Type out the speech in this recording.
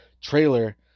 trailer